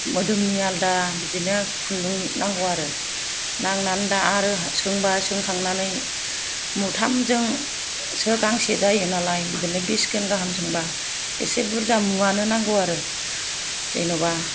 मोदोमनि आलादा बिदिनो खुन्दुं नांगौ आरो नांनानै दा आरो सोंबाय सोंखांनानै मुथामजोंसो गांसे जायो नालाय बिदिनो बिसखान गाहाम सोंब्ला इसे बुरजा मुवानो नांगौ आरो जेनेबा